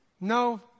No